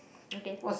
okay